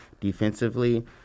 defensively